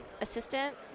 assistant